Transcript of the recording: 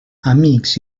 amics